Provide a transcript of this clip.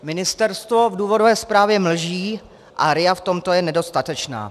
Ministerstvo v důvodové zprávě mlží a RIA v tomto je nedostatečná.